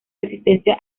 resistencia